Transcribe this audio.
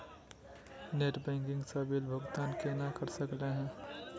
Net banking स bill भुगतान केना कर सकली हे?